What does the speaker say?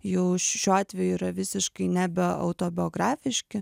jau šiuo atveju yra visiškai nebe autobiografiški